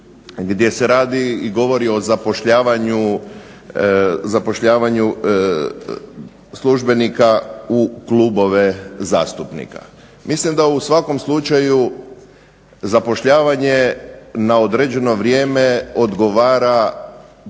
gdje se radi i govori o zapošljavanju službenika u klubove zastupnika. Mislim da u svakom slučaju zapošljavanje na određeno vrijeme odgovara